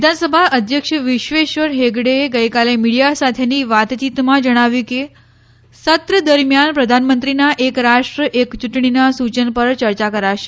વિધાનસભા અધ્યક્ષ વિશ્વેશ્વર હેગડેએ ગઇકાલે મીડિયા સાથેની વાતચીતમાં જણાવ્યું કે સત્ર દરમિથાન પ્રધાનમંત્રીના એક રાષ્ટ્ર એક ચૂંટણીના સૂયન પર ચર્ચા કરાશે